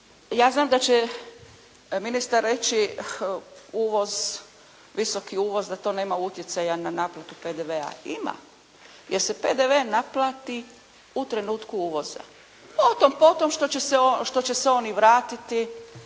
Ja znam da će ministar reći uvoz, visoki uvoz da to nema utjecaja na naplatu PDV-a. Ima. Jer se PDV naplati u trenutku uvoza. Otom potom što će se oni vratiti,